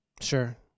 Sure